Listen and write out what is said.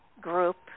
group